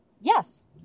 Yes